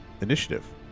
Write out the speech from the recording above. initiative